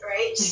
Right